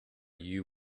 you